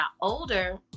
older